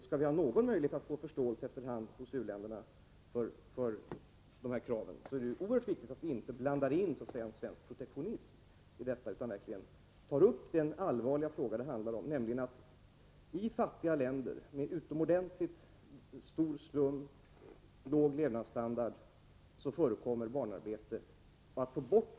Skall vi ha någon möjlighet att efter hand få förståelse hos u-länderna för dessa krav är det oerhört viktigt att vi inte blandar in svensk protektionism utan verkligen tar upp den allvarliga fråga det handlar om, nämligen att i fattiga länder med utomordentligt stor slum och låg levnadsstandard få bort barnarbete där det förekommer.